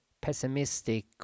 pessimistic